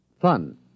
Fun